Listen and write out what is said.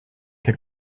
que